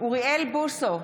אוריאל בוסו,